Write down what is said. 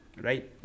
right